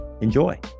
Enjoy